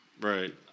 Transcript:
Right